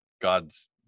God's